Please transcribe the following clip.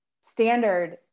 standard